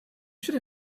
should